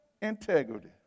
integrity